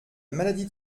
maladie